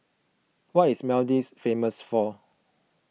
what is Maldives famous for